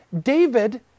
David